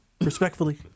Respectfully